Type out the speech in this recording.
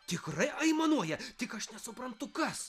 tikrai aimanuoja tik aš nesuprantu kas